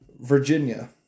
Virginia